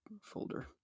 folder